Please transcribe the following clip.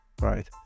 Right